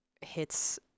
hits